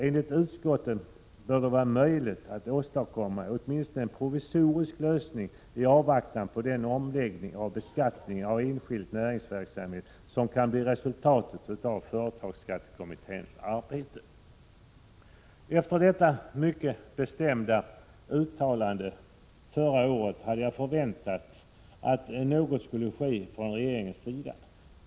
Enligt utskottet bör det vara möjligt att åstadkomma åtminstone en provisorisk lösning i avvaktan på den omläggning av beskattningen av enskild näringsverksamhet som kan bli resultatet av företagsskattekommitténs arbete.” Efter detta mycket bestämda uttalande förra året hade jag förväntat mig att regeringen skulle göra någonting.